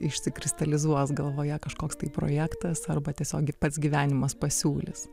išsikristalizuos galvoje kažkoks tai projektas arba tiesiogiai pats gyvenimas pasiūlys